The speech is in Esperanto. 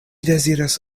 deziras